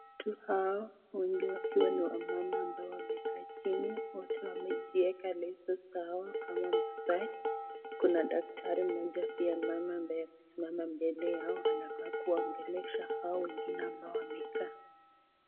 Watu hao wengi wakiwa ni wamama wamekaa chini, wote wamejieka leso zao kama maasai, kuna daktari mmoja pia ambaye amesimama mbele yao anakaa kuwaongelesha hao wengine ambao wamekaa.